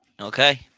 Okay